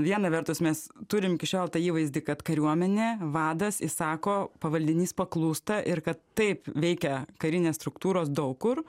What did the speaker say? viena vertus mes turim iki šiol tą įvaizdį kad kariuomenė vadas įsako pavaldinys paklūsta ir kad taip veikia karinės struktūros daug kur